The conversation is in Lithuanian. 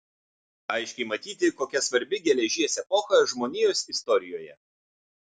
aiškiai matyti kokia svarbi geležies epocha žmonijos istorijoje